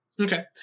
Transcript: okay